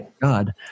God